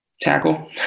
Tackle